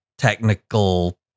technical